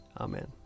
Amen